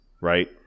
Right